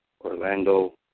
Orlando